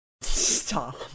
Stop